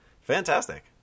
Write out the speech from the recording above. Fantastic